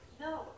No